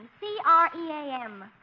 C-R-E-A-M